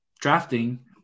drafting